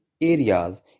Areas